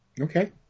Okay